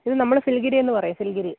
ഇത് നമ്മൾ ഫില്ഗിരി എന്ന് പറയും ഫില്ഗിരി